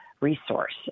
resource